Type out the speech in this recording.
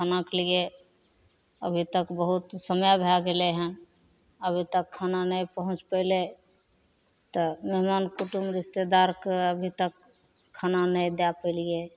खानाके लिए अभी तक बहुत समय भए गेलै हँ अभी तक खाना नहि पहुँचि पएलै तऽ मेहमान कुटुम्ब रिश्तेदारके अभी तक खाना नहि दै पएलिए